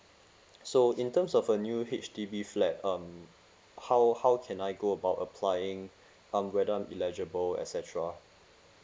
so in terms of a new H_D_B flat um how how can I go about applying um whether I'm eligible et cetera